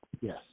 Yes